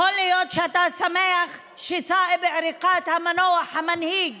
יכול להיות שאתה שמח שסאיב עריקאת המנוח, המנהיג